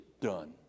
done